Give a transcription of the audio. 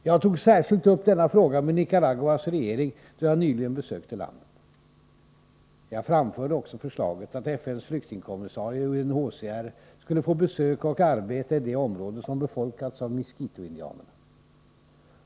Jag tog särskilt upp denna fråga med Nicaraguas regering då jag nyligen besökte landet. Jag framförde också förslaget att FN:s flyktingkommissarie, UNHCR, skulle få besöka och arbeta i det område som befolkas av miskitoindianerna.